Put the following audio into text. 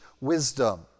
wisdom